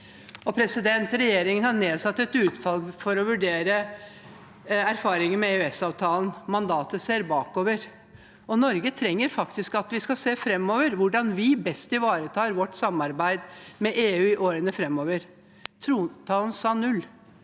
universiteter. Regjeringen har nedsatt et utvalg for å vurdere erfaringer med EØS-avtalen. Mandatet ser bakover, og Norge trenger faktisk at vi skal se framover, hvordan vi best ivaretar vårt samarbeid med EU i årene framover. Trontalen sa null.